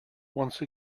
once